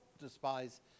despise